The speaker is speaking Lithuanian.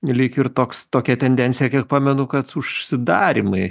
lyg ir toks tokia tendencija kiek pamenu kad užsidarymai